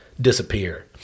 disappear